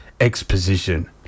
Exposition